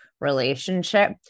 relationship